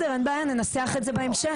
אבל זק"א ויד שרה לא מטפלים טיפול ראשוני